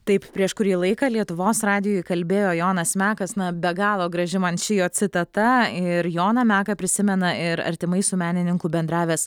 taip prieš kurį laiką lietuvos radijui kalbėjo jonas mekas na be galo graži man ši jo citata ir joną meką prisimena ir artimai su menininku bendravęs